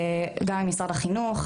גם עם משרד החינוך,